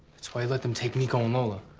that's why you let them take nico and lola.